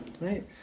Right